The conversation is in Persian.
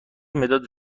مداد